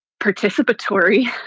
participatory